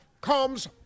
comes